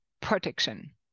protection